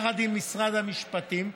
יחד עם משרד המשפטים,